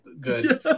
good